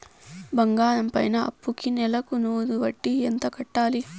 బంగారం పైన అప్పుకి నెలకు నూరు వడ్డీ ఎంత కట్టాలి?